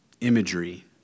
imagery